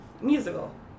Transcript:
Musical